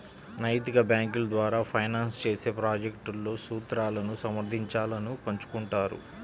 నైతిక బ్యేంకుల ద్వారా ఫైనాన్స్ చేసే ప్రాజెక్ట్లలో సూత్రాలను సమర్థించాలను పంచుకుంటారు